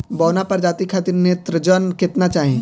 बौना प्रजाति खातिर नेत्रजन केतना चाही?